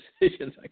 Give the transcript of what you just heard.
decisions